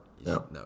no